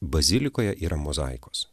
bazilikoje yra mozaikos